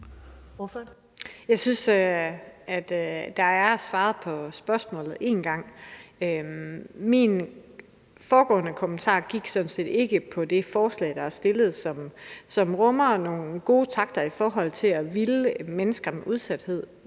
Jeg synes, at der er svaret på spørgsmålet en gang. Min foregående kommentar gik sådan set ikke på det forslag, der er fremsat, som rummer nogle gode takter i forhold til at ville udsatte